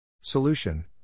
Solution